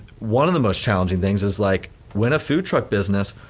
one of the most challenging things is like, when a food truck business,